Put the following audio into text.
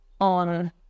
on